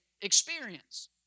experience